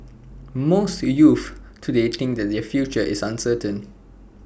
most youths today think that their future is uncertain